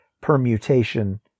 permutation